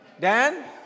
Dan